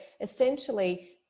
essentially